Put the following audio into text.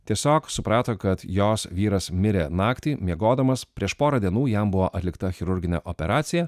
tiesiog suprato kad jos vyras mirė naktį miegodamas prieš porą dienų jam buvo atlikta chirurginė operacija